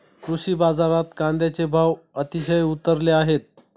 कृषी बाजारात कांद्याचे भाव अतिशय उतरले आहेत